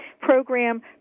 program